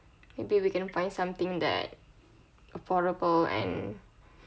maybe we can find something that affordable and